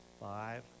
Five